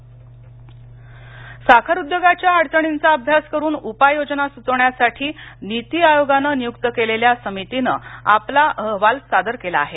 साखर साखरउद्योगाच्या अडचणींचा अभ्यास करून उपाय योजना सुचवण्यासाठी नीती आयोगाने नियुक्त केलेल्या समितीनं आपला अहवाल सादर केला आहे